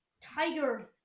tiger